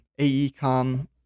AECOM